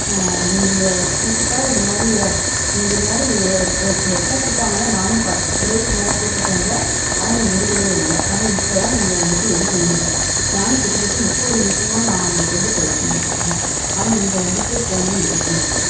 நீங்கள் கூப்பிட்டா இந்தமாதிரி இந்தமாதிரி கூப்பிட்டாங்கன்னா நானும் பத்து தடவைக்கு மேலே கூப்பிட்டேன் சார் ஆனால் நீங்கள் எடுக்கவே இல்லை ஆனால் இப்போ தான் நீங்கள் வந்துட்டு எடுக்குறீங்க நானும் கிட்டத்தட்ட முப்பது நிமிஷமாக நான் உங்களுக்கு வந்து ட்ரை பண்ணிகிட்டு இருக்கிறேன் ஆனால் நீங்கள் வந்துட்டு ஃபோனை எடுக்கலை சார்